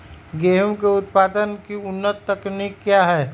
गेंहू उत्पादन की उन्नत तकनीक क्या है?